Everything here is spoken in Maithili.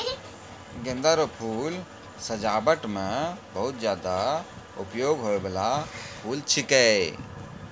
गेंदा रो फूल सजाबट मे बहुत ज्यादा उपयोग होय बाला फूल छिकै